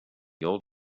old